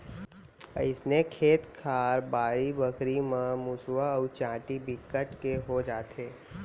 अइसने खेत खार, बाड़ी बखरी म मुसवा अउ चाटी बिकट के हो जाथे